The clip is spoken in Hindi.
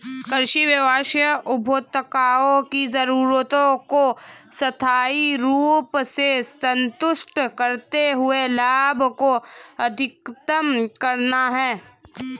कृषि व्यवसाय उपभोक्ताओं की जरूरतों को स्थायी रूप से संतुष्ट करते हुए लाभ को अधिकतम करना है